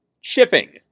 shipping